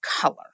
color